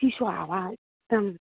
चिसो हावा एकदम